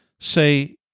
say